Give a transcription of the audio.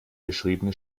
beschriebene